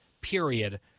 period